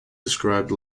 described